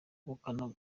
ubukana